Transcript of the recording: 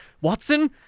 Watson